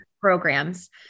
programs